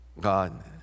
God